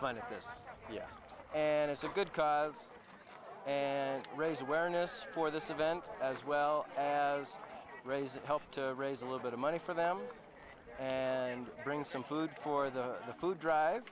year and it's a good cause and raise awareness for this event as well as raise help to raise a little bit of money for them and bring some food for the food drive